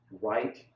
right